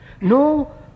no